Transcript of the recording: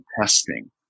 testing